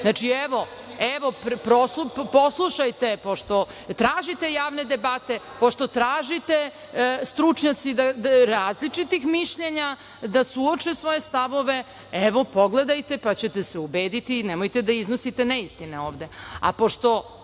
Znači, poslušajte, pošto tražite javne debate, pošto tražite da stručnjaci različitih mišljenja suoče svoje stavove, pogledajte, pa ćete se ubedite, nemojte da iznosite neistine ovde. Pošto